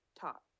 top